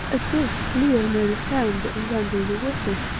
at this leo made a sound that resembled a whistle.